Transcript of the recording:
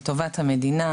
לטובת המדינה,